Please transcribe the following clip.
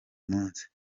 munsi